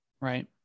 Right